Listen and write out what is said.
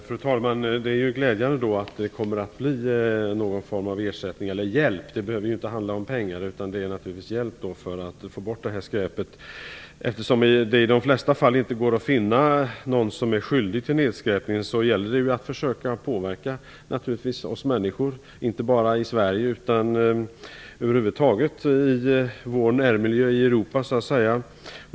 Fru talman! Det är glädjande att det kommer att utgå någon form av ersättning eller hjälp - det behöver inte handla om pengar. Det behövs hjälp för att man skall kunna få bort skräpet. Eftersom det i de flesta fall inte går att finna någon som är skyldig till nedskräpningen gäller det att försöka påverka människorna i Sverige och i vår närmiljö i Europa.